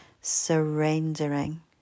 surrendering